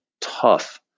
tough